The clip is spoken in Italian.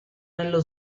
nello